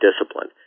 discipline